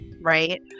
right